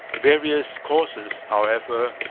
various causes, however,